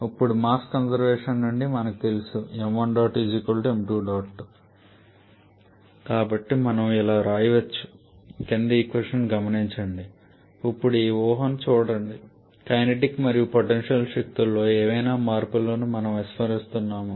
ఇప్పుడు mass conservation నుండి మనకు తెలుసు కాబట్టి మనం ఇలా వ్రాయవచ్చు ఇప్పుడు ఈ ఊహను చూడండి కైనెటిక్ మరియు పొటెన్షియల్ శక్తులలో ఏవైనా మార్పులను మనము విస్మరిస్తున్నాము